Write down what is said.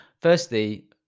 Firstly